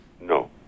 No